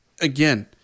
again